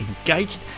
engaged